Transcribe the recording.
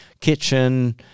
kitchen